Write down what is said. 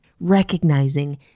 recognizing